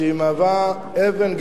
שמהווה אבן,